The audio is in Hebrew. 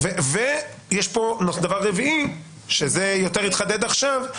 ובנוסף, יש פה דבר רביעי שהתחדד עכשיו.